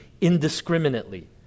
indiscriminately